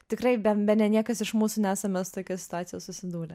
tikrai be bene niekas iš mūsų nesame su tokia situacija susidūrę